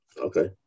okay